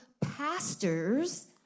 pastors